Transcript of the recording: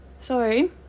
sorry